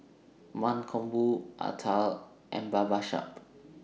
Mankombu Atal and Babasaheb